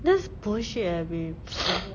that's bullshit eh babe